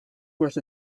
was